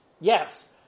Yes